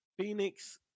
Phoenix